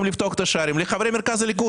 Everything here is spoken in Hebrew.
לפתוח את השערים לחברי מרכז הליכוד.